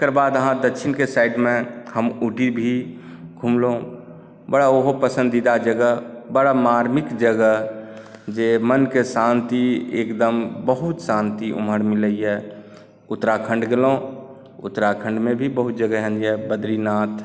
तकर बाद अहाँ दक्षिणके साइडमे हम ऊटी भी घुमलहुँ बड़ा ओहो पसंदीदा जगह बड़ा मार्मिक जगह जे मनके शांति एकदम बहुत शान्ति ओमहर मिलैए उत्तराखंड गेलहुँ उत्तराखण्डमे भी बहुत एहन यऽ बद्रीनाथ